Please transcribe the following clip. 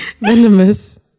Venomous